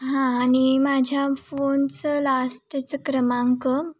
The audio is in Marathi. हां आणि माझ्या फोनचं लास्टचं क्रमांक